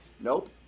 Nope